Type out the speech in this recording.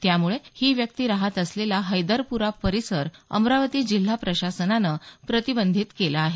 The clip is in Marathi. त्यामुळे ही व्यक्ती रहात असलेला हैदरपुरा परिसर अमरावती जिल्हा प्रशासनानं प्रतिबंधित केला आहे